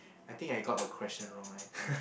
I think I got the question wrong I think